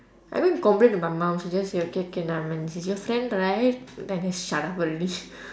I went to complain to my mum she just say okay okay lah then she just friend right then he shut up already